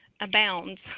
abounds